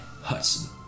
Hudson